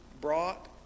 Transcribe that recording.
brought